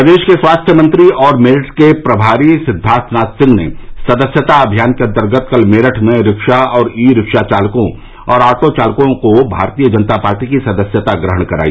प्रदेश के स्वास्थ्य मंत्री और मेरठ के प्रभारी सिद्वार्थनाथ सिंह ने सदस्यता अभियान के अन्तर्गत कल मेरठ में रिक्शा और ई रिक्शा चालाकों और ऑटों चालकों को भारतीय जनता पार्टी की सदस्यता ग्रहण कराई